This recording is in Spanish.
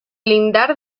lindar